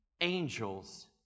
angels